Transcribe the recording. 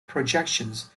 projections